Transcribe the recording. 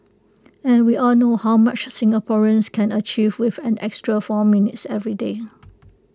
and we all know how much Singaporeans can achieve with an extra four minutes every day